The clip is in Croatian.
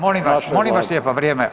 Molim vas, molim vas lijepo vrijeme.